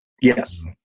Yes